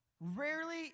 Rarely